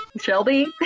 Shelby